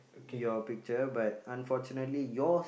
your picture but unfortunately yours